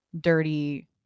dirty